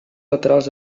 laterals